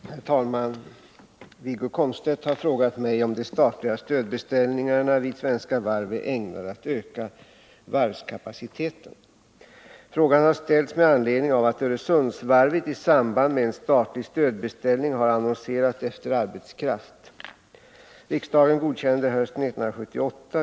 Herr talman! Wiggo Komstedt har frågat mig om de statliga stödbeställningarna vid svenska varv är ägnade att öka varvskapaciteten. Frågan har ställts med anledning av att Öresundsvarvet i samband med en statlig stödbeställning har annonserat efter arbetskraft.